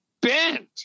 bent